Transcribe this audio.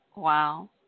Wow